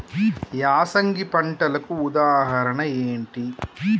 యాసంగి పంటలకు ఉదాహరణ ఏంటి?